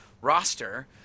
roster